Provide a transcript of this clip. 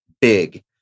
big